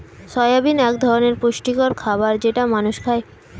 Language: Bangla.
সয়াবিন এক ধরনের পুষ্টিকর খাবার যেটা মানুষ খায়